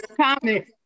comment